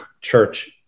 church